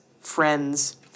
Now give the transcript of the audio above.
Friends